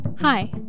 Hi